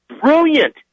brilliant